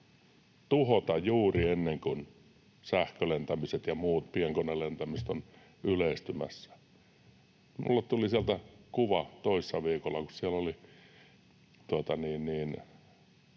tuhota juuri ennen kuin sähkölentämiset ja muut pienkonelentämiset ovat yleistymässä. Minulle tuli sieltä kuva toissa viikolla, kun siellä oli